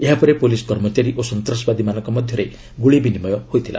ଏହାପରେ ପୁଲିସ୍ କର୍ମଚାରୀ ଓ ସନ୍ତାସବାଦୀମାନଙ୍କ ମଧ୍ୟରେ ଗ୍ରଳି ବିନିମୟ ଆରମ୍ଭ ହୋଇଥିଲା